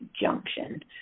junction